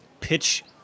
pitch